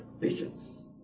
patience